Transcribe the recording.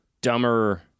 dumber